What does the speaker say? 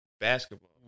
basketball